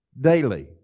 daily